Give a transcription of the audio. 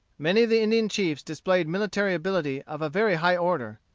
many of the indian chiefs displayed military ability of a very high order.